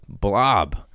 blob